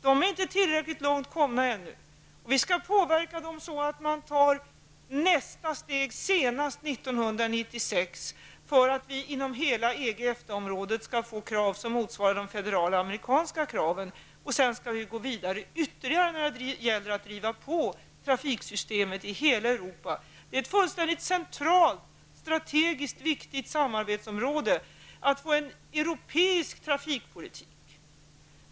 På den punkten har man där ännu inte kommit tillräckligt långt, men vi skall påverka dem så att nästa steg tas senast 1996 för att vi inom hela EG--EFTA området skall få krav som motsvarar de federala amerikanska kraven. Sedan skall vi gå vidare för att driva ytterligare på trafiksystemet i hela Europa. Det är ett centralt, strategiskt viktigt samarbetsområde att få till stånd en europeisk trafikpolitik.